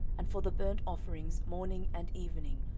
and for the burnt offerings morning and evening,